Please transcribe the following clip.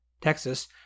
Texas